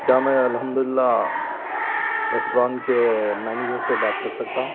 کیا میں الحمد للہ ریسٹورینٹ کے مینیجر سے بات کر سکتا ہوں